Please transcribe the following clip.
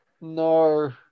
No